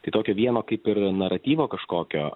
kitokio vieno kaip ir naratyvo kažkokio